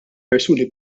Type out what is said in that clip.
persuni